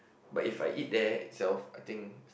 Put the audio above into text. but if I eat there itself I think